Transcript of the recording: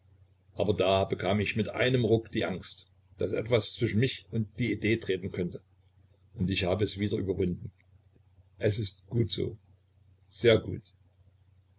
aber da bekam ich mit einem ruck die angst daß etwas zwischen mich und die idee treten könnte und ich habe es wieder überwunden es ist gut so sehr gut